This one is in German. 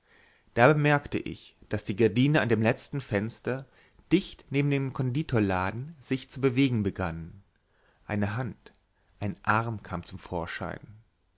da bemerkte ich daß die gardine an dem letzten fenster dicht neben dem konditorladen sich zu bewegen begann eine hand ein arm kam zum vorschein